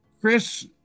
Chris